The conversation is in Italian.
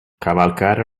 cavalcare